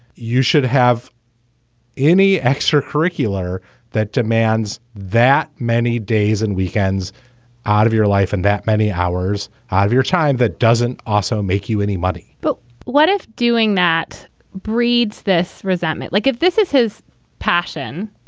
you should have any extra curricular that demands that many days and weekends out of your life and that many hours of your time. that doesn't also make you any money but what if doing that breeds this resentment? like if this is his passion,